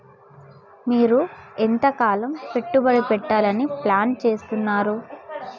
మీరు ఎంతకాలం పెట్టుబడి పెట్టాలని ప్లాన్ చేస్తున్నారు?